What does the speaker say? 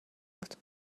بود